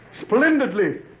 Splendidly